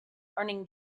earning